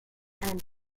and